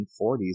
1940s